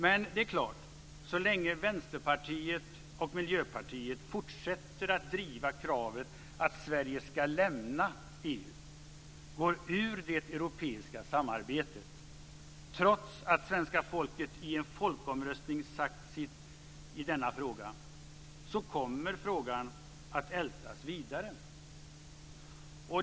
Men det är klart, så länge Vänsterpartiet och Miljöpartiet fortsätter att driva kravet att Sverige ska lämna EU, alltså gå ur det europeiska samarbetet trots att svenska folket i en folkomröstning sagt sitt i denna fråga, kommer frågan att ältas vidare.